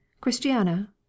christiana